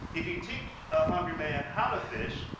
if you teach a hungry man how to fish,